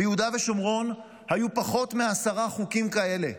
ביהודה ושומרון היו פחות מעשרה חוקים כאלה?